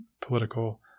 political